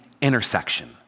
intersection